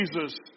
Jesus